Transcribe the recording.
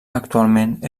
actualment